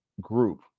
group